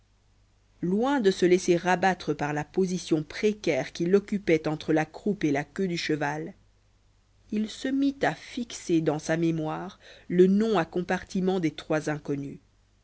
loin de se laisser abattre par la position précaire qu'il occupait entre la croupe et la queue du cheval il se mit à fixer dans sa mémoire le